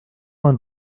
vingt